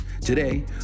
Today